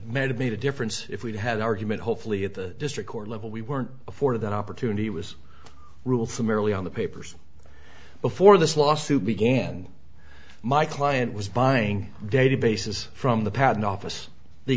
admitted made a difference if we'd had argument hopefully at the district court level we weren't afforded that opportunity was ruled from early on the papers before this lawsuit began my client was buying databases from the patent office the